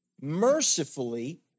Mercifully